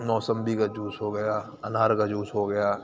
موسمبی کا جوس ہو گیا انار کا جوس ہو گیا